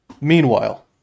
Meanwhile